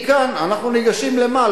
מכאן אנחנו ניגשים למה?